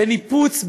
בניפוץ,